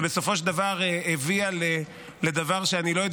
ובסופו של דבר הביאה לדבר שאני לא יודע